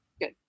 Good